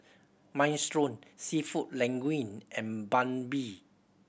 Minestrone Seafood Linguine and Banh Mi